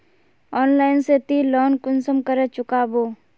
Online से ती loan कुंसम करे चुकाबो?